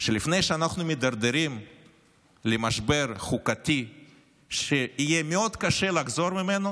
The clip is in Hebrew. שלפני שאנחנו מידרדרים למשבר חוקתי שיהיה מאוד קשה לחזור ממנו,